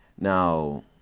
now